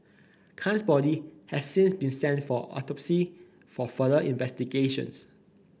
Khan's body has since been sent for autopsy for further investigations